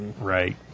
Right